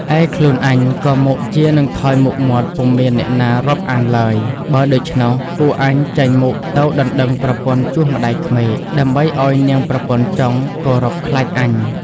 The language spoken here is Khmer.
ឯខ្លួនអញក៏មុខជានឹងថយមុខមាត់ ពុំមានអ្នកណា រាប់អានឡើយ បើដូច្នោះ គួរអញចេញមុខទៅដណ្ដឹងប្រពន្ធជូសម្តាយក្មេក ដើម្បីឲ្យនាងប្រពន្ធចុងគោរព ខ្លាចអញ។